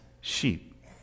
sheep